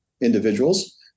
individuals